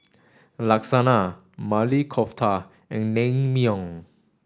Lasagna Maili Kofta and Naengmyeon